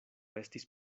estis